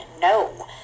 No